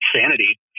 sanity